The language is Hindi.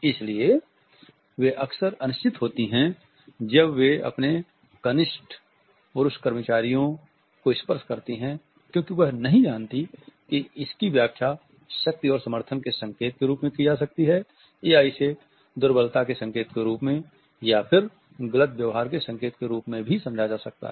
इसलिए वे अक्सर अनिश्चित होती हैं जब वे अपने कनिष्ठ पुरुष कर्मचारियों को स्पर्श करती है क्योंकि वह नहीं जानती कि इसकी व्याख्या शक्ति और समर्थन के संकेत के रूप में की जा सकती है या इसे दुर्बलता के संकेत के रूप में या फिर गलत व्यवहार के संकेत के रूप में भी समझा जा सकता है